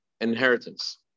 inheritance